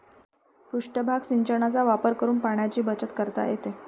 पृष्ठभाग सिंचनाचा वापर करून पाण्याची बचत करता येते